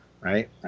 right